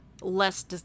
less